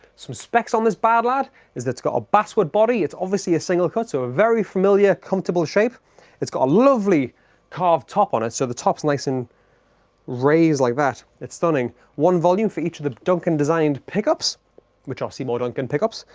some specs on this bad lad is that it's got a basswood body, it's obviously a single cut so a very familiar comfortable shape it's got a lovely carved top on it so the top is nice and raised like that. it's stunning. one volume for each of the duncan designed pickups which are seymour duncan pickups.